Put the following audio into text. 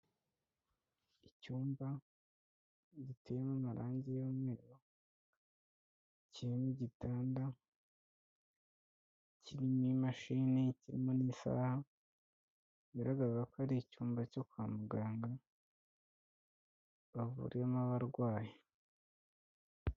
Icyumba giteyemo amarangi y'umweru kirimo igitanda, kirimo imashini, kirimo n'isaha bigaragaza ko ari icyumba cyo kwa muganga bavuriyemo abarwayi.